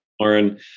Lauren